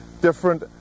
different